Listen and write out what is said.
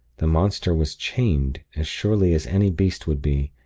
the monster was chained, as surely as any beast would be,